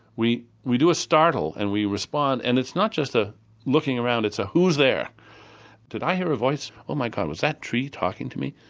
we we do a startle and we respond and it's not just a looking around, it's a who's there did i hear a voice, oh my god was that tree talking to me?